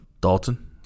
Dalton